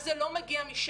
אז זה לא מגיע משם.